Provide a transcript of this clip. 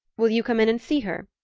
will you come in and see her?